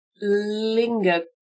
linger